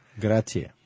Grazie